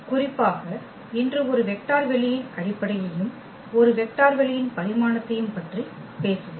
குறிப்பாக இன்று ஒரு வெக்டர் வெளியின் அடிப்படையையும் ஒரு வெக்டர் வெளியின் பரிமாணத்தையும் பற்றி பேசுவோம்